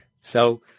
so-